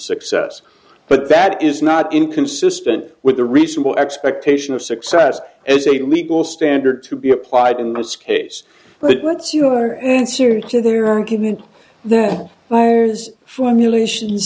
success but that is not inconsistent with the reasonable expectation of success as a legal standard to be applied in this case but what's your answer to their argument that this formulation